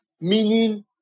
Meaning